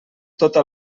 tota